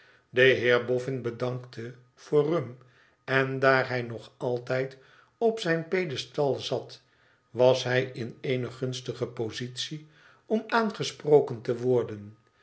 de heer boffin bedankte voor rum en daar hij nog altijd op zijn pedestal zat was hij in eene gunstige positie om aangesproken te worden